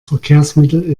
verkehrsmittel